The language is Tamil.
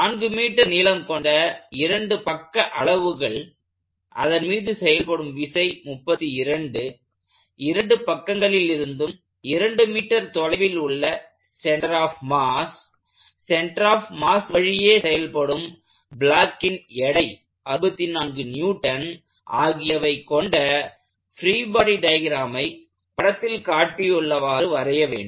4m நீளம் கொண்ட இரண்டு பக்க அளவுகள் அதன்மீது செயல்படும் விசை 32 இரண்டு பக்கங்களிலிருந்தும் 2m தொலைவில் உள்ள centre of mass centre of mass வழியே செயல்படும் பிளாக்கைனெ் எடை 64N ஆகியவை கொண்ட பிரீ பாடி டயக்ராமை படத்தில் காட்டியுள்ளவாறு வரைய வேண்டும்